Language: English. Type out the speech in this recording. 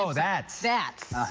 ah that's that's